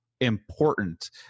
important